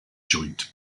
joint